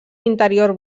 interior